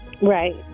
Right